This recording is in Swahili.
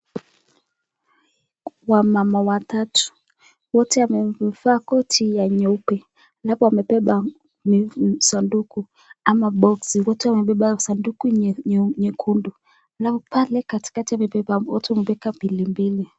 Wamama watatu, wote wamevaa koti ya nyeupe na hapa wamebeba sanduku ama boksi, wote wamebeba sanduku nyekundu halafu pale katikati wote wamebeba mbilimbilii.